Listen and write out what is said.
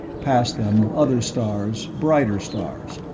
past them other stars, brighter stars,